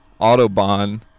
Autobahn